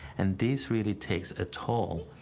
and this really takes a toll.